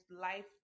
life